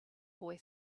boy